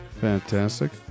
Fantastic